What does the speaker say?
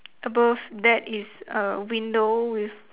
above that is a window with